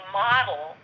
model